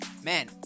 Man